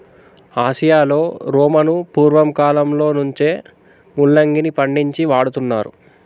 ఆసియాలో రోమను పూర్వకాలంలో నుంచే ముల్లంగిని పండించి వాడుతున్నారు